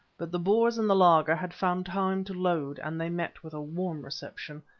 but the boers in the laager had found time to load, and they met with a warm reception.